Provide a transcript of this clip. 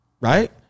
right